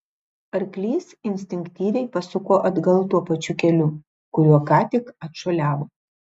arklys instinktyviai pasuko atgal tuo pačiu keliu kuriuo ką tik atšuoliavo